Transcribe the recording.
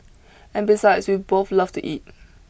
and besides we both love to eat